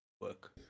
work